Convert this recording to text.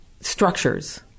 structures